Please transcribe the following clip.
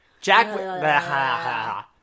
Jack